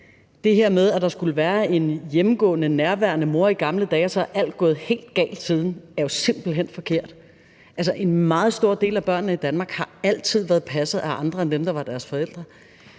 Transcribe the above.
det her med, at der skulle være en hjemmegående, nærværende mor i gamle dage, og at alt så er gået helt galt siden, er jo simpelt hen forkert. Altså, en meget stor del af børnene i Danmark har altid været passet af andre end dem, der var deres forældre.